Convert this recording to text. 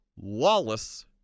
lawless